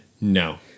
No